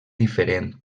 diferent